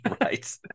Right